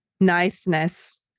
niceness